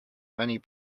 many